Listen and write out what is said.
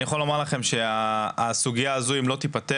אני יכול לומר לכם שהסוגיה הזו אם לא תיפתר,